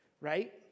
Right